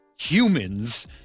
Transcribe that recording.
humans